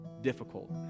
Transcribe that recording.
difficult